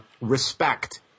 respect